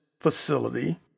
facility